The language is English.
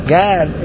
god